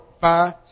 five